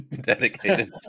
dedicated